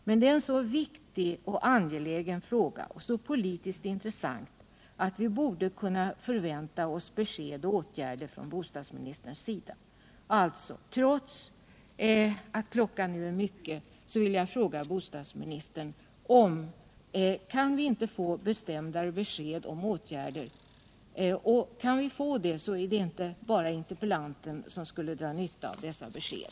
Men det är en så viktig och angelägen samt politiskt så intressant fråga att vi borde kunna förvänta oss besked och åtgärder från bostadsministerns sida. Alltså, trots att klockan nu är mycket vill jag fråga bostadsministern: Kan vi inte få bestämdare besked om åtgärder? I så fall skulle inte bara interpellanten dra nytta av dessa besked.